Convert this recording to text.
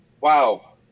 wow